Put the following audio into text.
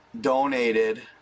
donated